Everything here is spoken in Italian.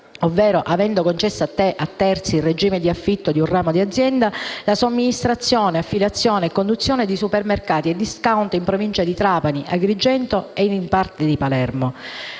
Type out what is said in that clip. ovvero avendo concesso a terzi in regime di affitto di un ramo d'azienda, la somministrazione, affiliazione e conduzione di supermercati e *discount* in provincia di Trapani, Agrigento e in parte di Palermo.